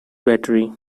battery